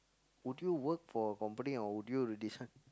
would you work for a company or would you